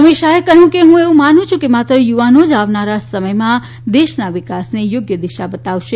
અમિત શાહે કહ્યું કે હું એવું માનું છું કે માત્ર યુવાનો જ આવનારા સમયમાં દેશના વિકાસને યોગ્ય દિશા બતાવશે